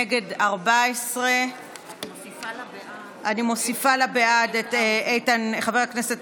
נגד 14. אני מוסיפה לבעד את חבר הכנסת